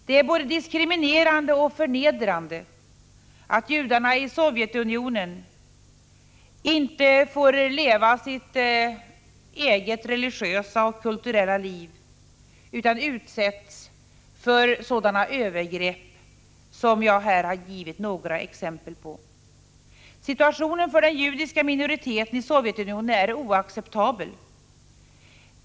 Det är både diskriminerande och förnedrande att judarna i Sovjetunionen inte får leva sitt eget religiösa och kulturella liv utan utsätts för sådana övergrepp som jag här har givit några exempel på. Situationen för den judiska minoriteten i Sovjetunionen är oacceptabel.